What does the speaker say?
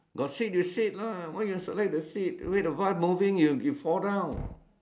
got seat you seat lah why you select the seat wait the bus moving you you fall down